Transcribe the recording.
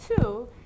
two